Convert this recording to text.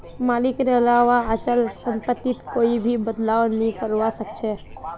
मालिकेर अलावा अचल सम्पत्तित कोई भी बदलाव नइ करवा सख छ